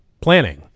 planning